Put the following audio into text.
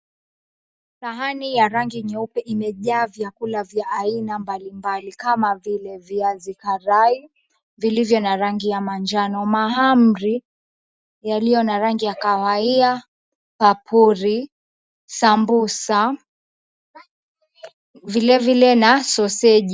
Sahani ya rangi nyeupe imejaa vyakula vya aina mbalimbali kama vile viazi karai, vilivyo na rangi ya manjano, mahamri yaliyo na rangi ya kahawia, papuri, sambusa, vilevile na sausage .